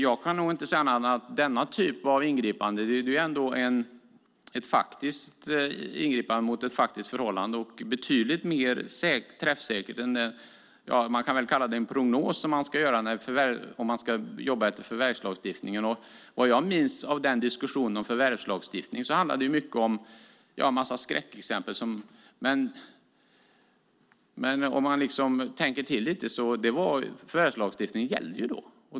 Jag kan nog inte se annat än att denna typ av ingripande ändå är ett faktiskt ingripande mot ett faktiskt förhållande och betydligt mer träffsäkert än den prognos, kan man väl kalla det, som man ska göra om man ska jobba efter förvärvslagstiftningen. Vad jag minns av diskussionen om förvärvslagstiftningen handlade det mycket om en massa skräckexempel, men om man tänker till lite inser man att förvärvslagstiftningen gällde då.